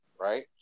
Right